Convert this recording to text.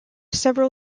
several